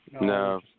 No